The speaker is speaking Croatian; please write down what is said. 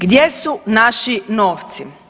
Gdje su naši novci?